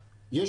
אני אסביר.